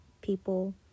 people